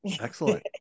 Excellent